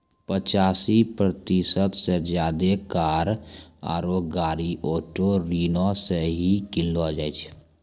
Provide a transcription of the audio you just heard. पचासी प्रतिशत से ज्यादे कार आरु गाड़ी ऑटो ऋणो से ही किनलो जाय छै